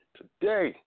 today